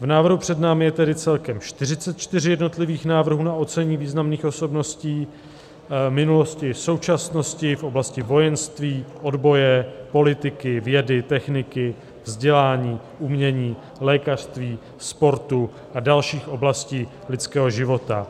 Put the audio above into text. V návrhu před námi je tedy celkem 44 jednotlivých návrhů na ocenění významných osobností, v minulosti i současnosti v oblasti vojenství, odboje, politiky, vědy, techniky, vzdělání, umění, lékařství, sportu a dalších oblastí lidského života.